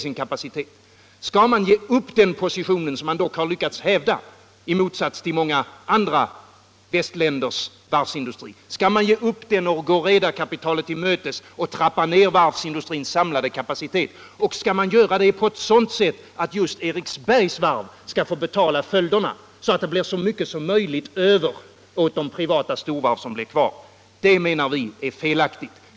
Skall man ge upp den position som man dock har lyckats hävda, i motsats till många andra västerländers varvsindustri, och gå redarkapitalet till mötes genom att trappa ned varvsindustrins samlade kapacitet? Och skall man göra det på ett sådant sätt att just Eriksbergs varv skall få betala följderna, så att det blir så mycket som möjligt över åt de privata storvarv som blir kvar? Det menar vi är felaktigt.